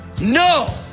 No